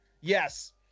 yes